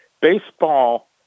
baseball